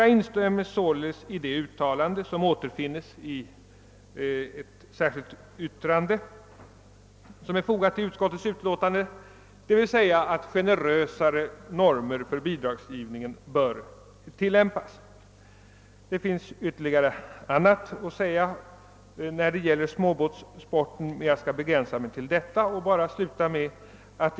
Jag instämmer således i det uttalande som återfinns i det vid jordbruksutskottets utlåtande nr 17 fogade särskilda yttrandet och som går ut på att generösare normer för bidragsgivningen bör tillämpas. Det finns ytterligare synpunkter att anföra när det gäller småbåtssporten, men jag skall begränsa mig till vad jag nu sagt.